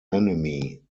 enemy